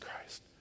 Christ